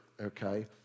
okay